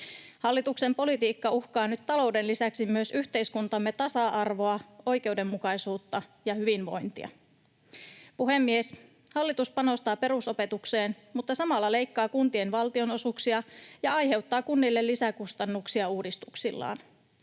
Hallituksen politiikka uhkaa nyt talouden lisäksi myös yhteiskuntamme tasa-arvoa, oikeudenmukaisuutta ja hyvinvointia. Puhemies! Hallitus panostaa perusopetukseen, mutta samalla leikkaa kuntien valtionosuuksia ja aiheuttaa kunnille lisäkustannuksia uudistuksillaan.